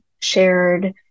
shared